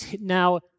now